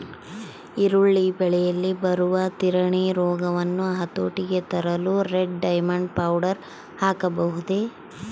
ಈರುಳ್ಳಿ ಬೆಳೆಯಲ್ಲಿ ಬರುವ ತಿರಣಿ ರೋಗವನ್ನು ಹತೋಟಿಗೆ ತರಲು ರೆಡ್ ಡೈಮಂಡ್ ಪೌಡರ್ ಹಾಕಬಹುದೇ?